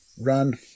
Run